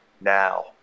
now